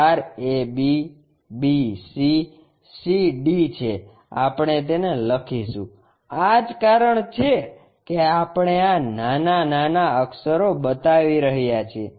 ધાર ab bc cd છે આપણે તેને લખીશું આ જ કારણ છે કે આપણે આ નાના નાના અક્ષરો બતાવી રહ્યા છીએ